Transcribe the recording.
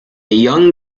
young